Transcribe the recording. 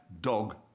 dog